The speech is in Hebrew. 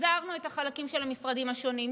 החזרנו את החלקים של המשרדים השונים,